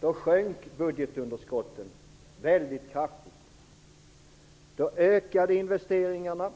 Då sjönk budgetunderskottet väldigt kraftigt, då ökade investeringarna,